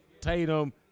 Tatum